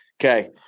Okay